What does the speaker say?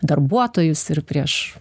darbuotojus ir prieš